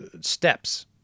steps